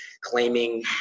claiming